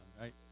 right